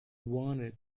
wanted